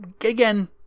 again